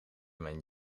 mijn